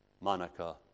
Monica